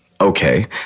okay